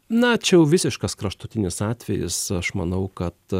na čia jau visiškas kraštutinis atvejis aš manau kad